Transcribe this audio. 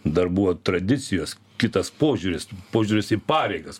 dar buvo tradicijos kitas požiūris požiūris į pareigas